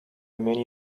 many